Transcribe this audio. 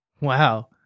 Wow